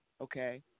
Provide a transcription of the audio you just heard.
okay